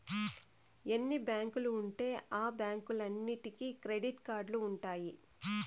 ఎన్ని బ్యాంకులు ఉంటే ఆ బ్యాంకులన్నీటికి క్రెడిట్ కార్డులు ఉంటాయి